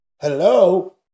Hello